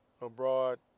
abroad